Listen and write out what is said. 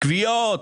כוויות,